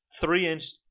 three-inch